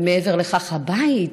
ומעבר לכך, הבית,